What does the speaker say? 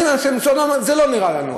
אנשי המשרד אומרים: זה לא נראה לנו.